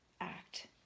act